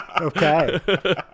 Okay